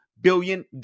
billion